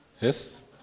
Yes